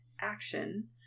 action